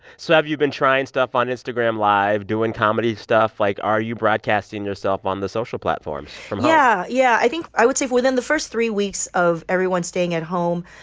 so have you been trying stuff on instagram live, doing comedy stuff? like, are you broadcasting yourself on the social platforms from home? yeah, yeah. i think i would say within the first three weeks of everyone staying at home,